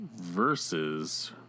Versus